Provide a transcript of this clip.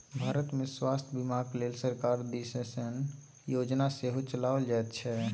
भारतमे स्वास्थ्य बीमाक लेल सरकार दिससँ योजना सेहो चलाओल जाइत छै